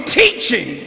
teaching